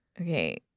okay